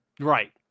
Right